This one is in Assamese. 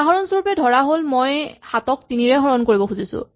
উদাহৰণস্বৰূপে ধৰাহ'ল মই ৭ ক ৩ ৰে হৰণ কৰিব খুজিছো